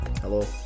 Hello